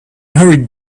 hurried